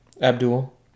Abdul